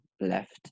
left